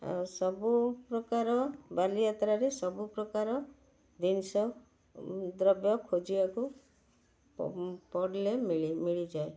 ସବୁ ପ୍ରକାର ବାଲିଯାତ୍ରାରେ ସବୁ ପ୍ରକାର ଜିନିଷ ଦ୍ରବ୍ୟ ଖୋଜିବାକୁ ପଡ଼ିଲେ ମିଳେ ମିଳିଯାଏ